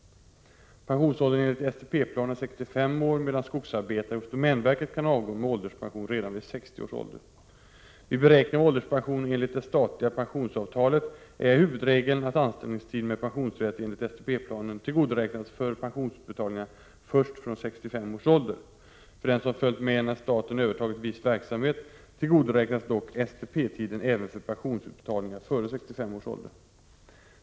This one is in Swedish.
Pensionsåldern enligt STP-planen är 65 år, medan skogsarbetare hos domänverket kan avgå med ålderspension redan vid 60 års ålder. Vid beräkning av ålderspension enligt det statliga pensionsavtalet är huvudregeln att anställningstid med pensionsrätt enligt STP-planen tillgodoräknas för pensionsutbetalningar först från 65 års ålder. För den som följt med när staten övertagit viss verksamhet tillgodoräknas dock STP-tiden även för pensionsutbetalningar före 65 års ålder.